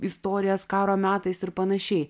istorijas karo metais ir panašiai